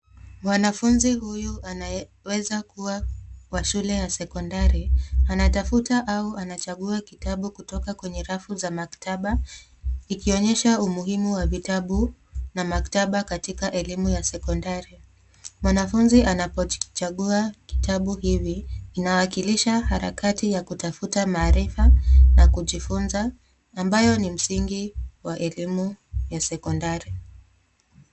Mwanafunzi huyu anaweza kuwa wa shule ya sekondari anatafta au anachagua kitabu kutoka kwenye rafu za maktaba ikionyesha umuhimu wa vitabu na maktaba katika elimu ya sekondari. Mwanafunzi anapochagua kitabu hivi na inawakilisha harakati ya kutafuta maarifa na kujifunza ambayo ni msingi wa elimu ya sekondari.